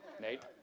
Nate